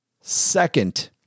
Second